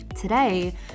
today